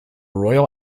royal